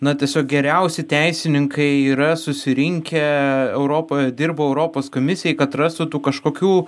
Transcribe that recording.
na tiesiog geriausi teisininkai yra susirinkę europoje dirbo europos komisijai kad rastų tų kažkokių